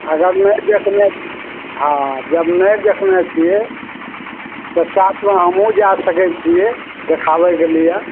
अगर नहि देखने हाँ जब नहि देखने छियै तऽ साथमे हमहुँ जाय सकय छियै देखाबयके लिये